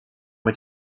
mit